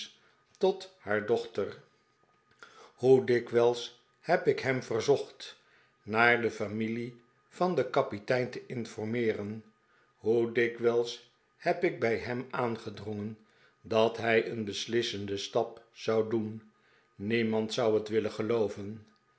tot haar dochter hoe dikwijls heb ik hem verzocht naar de familie van den kapitein te informeeren hoe dikwijls heb ik bij hem aangedrongen dat hij een beslissenden stap zou doen niemand zou het willen gelooven